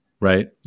right